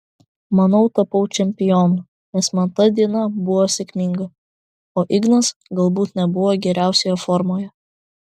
manau tapau čempionu nes man ta diena buvo sėkminga o ignas galbūt nebuvo geriausioje formoje